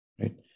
right